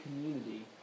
community